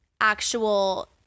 actual